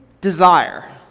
desire